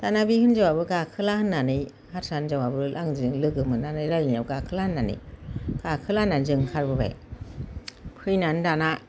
दा बे हिन्जावआबो गाखोला होननानै हारसा हिन्जावआबो आंजों लोगो मोननानै रायलायनायाव गाखोला होननानै गाखोला होननानै जों ओंखारबोबाय फैनानै दाना